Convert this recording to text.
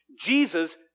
Jesus